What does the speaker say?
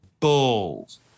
Bulls